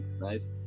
nice